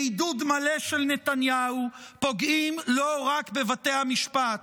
בעידוד מלא של נתניהו, פוגעים לא רק בבתי המשפט,